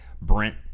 Brent